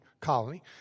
colony